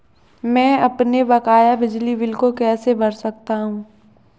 मैं अपने बकाया बिजली बिल को कैसे भर सकता हूँ?